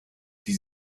die